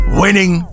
winning